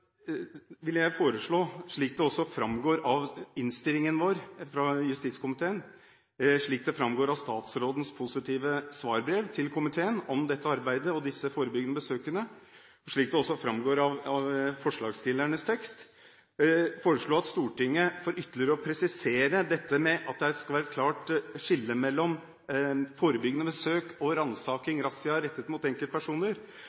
vil jeg foreslå – slik det også framgår av innstillingen fra justiskomiteen, slik det framgår av statsrådens positive svarbrev til komiteen om dette arbeidet og disse forebyggende besøkene, slik det også framgår av forslagsstillernes tekst – og håper at Stortinget, for ytterligere å presisere at det skal være et klart skille mellom forebyggende besøk og